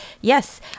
Yes